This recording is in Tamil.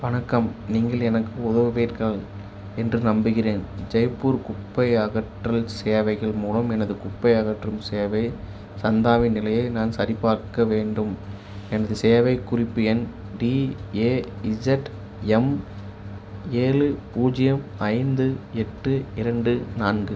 வணக்கம் நீங்கள் எனக்கு உதவுவீர்கள் என்று நம்புகிறேன் ஜெய்ப்பூர் குப்பை அகற்றல் சேவைகள் மூலம் எனது குப்பை அகற்றும் சேவை சந்தாவின் நிலையை நான் சரிபார்க்க வேண்டும் எனது சேவைக் குறிப்பு எண் டிஏஇஜெட்எம் ஏழு பூஜ்ஜியம் ஐந்து எட்டு இரண்டு நான்கு